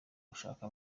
gushaka